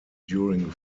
during